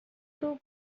two